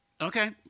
Okay